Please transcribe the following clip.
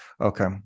okay